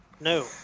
No